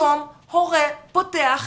היום הורה פותח